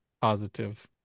positive